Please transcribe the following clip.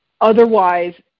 Otherwise